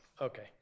Okay